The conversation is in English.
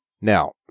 Now